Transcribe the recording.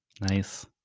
Nice